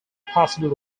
possible